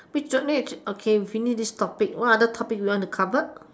we finish okay we finish this topic what other topic you want to cover